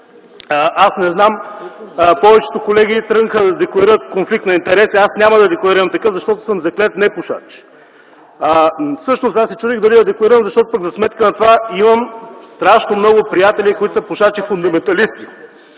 с това, че повечето колеги тръгнаха да декларират конфликт на интереси. Аз няма да декларирам такъв, защото съм заклет непушач. Всъщност аз се чудех дали да декларирам, защото пък за сметка на това имам страшно много приятели, които са пушачи фундаменталисти.